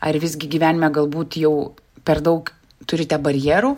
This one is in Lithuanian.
ar visgi gyvenime galbūt jau per daug turite barjerų